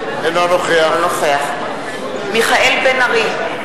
אינו נוכח מיכאל בן-ארי,